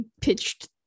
pitched